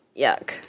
Yuck